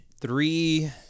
three